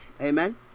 Amen